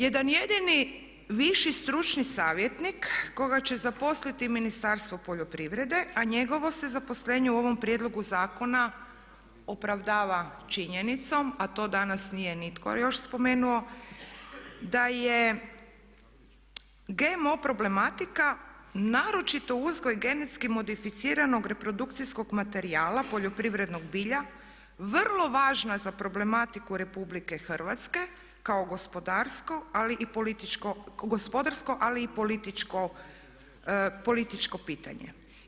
Jedan jedini viši stručni savjetnik koga će zaposliti Ministarstvo poljoprivrede, a njegovo se zaposlenje u ovom prijedlogu zakona opravdava činjenicom a to danas nije nitko još spomenuo, da je GMO problematika naročito uzgoj genetski modificiranog reprodukcijskog materijala poljoprivrednog bilja vrlo važna za problematiku Republike Hrvatske kao gospodarsko, ali i političko pitanje.